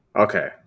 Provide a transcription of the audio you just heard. Okay